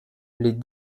les